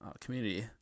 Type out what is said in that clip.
community